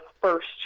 first